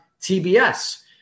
TBS